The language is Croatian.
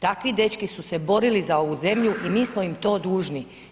Takvi dečki su se borili za ovu zemlju i mi smo im to dužni.